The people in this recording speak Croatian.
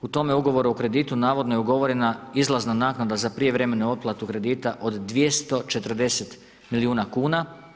U tome ugovoru o kreditu, navodno je ugovorena izlazna naknada za prijevremenu otplatu kredita od 240 milijuna kuna.